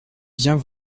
viens